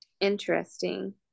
Interesting